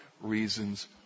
reasons